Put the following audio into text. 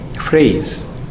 phrase